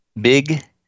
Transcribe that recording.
big